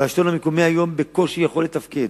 והשלטון המקומי בקושי יכול לתפקד.